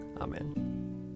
Amen